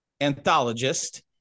anthologist